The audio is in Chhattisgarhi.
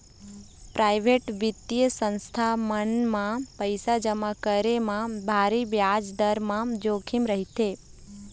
पराइवेट बित्तीय संस्था मन म पइसा जमा करे म भारी बियाज दर म जोखिम रहिथे